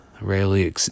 rarely